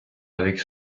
avec